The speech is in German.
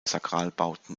sakralbauten